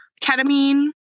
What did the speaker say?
ketamine